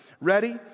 Ready